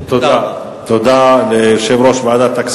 תודה רבה.